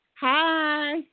Hi